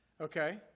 Okay